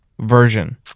Version